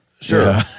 Sure